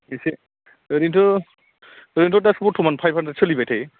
एसो ओरैनोथ' ओरैनोथ' दा बरथमान फाइभ हाण्ड्रेड सोलिबाय थायो